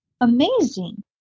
amazing